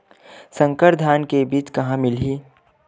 संकर धान के बीज कहां मिलही?